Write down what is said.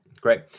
great